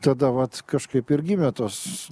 tada vat kažkaip ir gimė tos